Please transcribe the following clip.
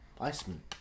Iceman